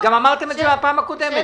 אמרתם את זה גם בפעם הקודמת.